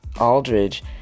Aldridge